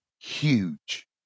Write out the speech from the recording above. huge